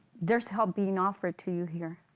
there's help being offered to you here.